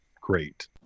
great